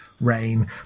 Rain